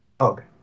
Okay